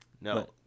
No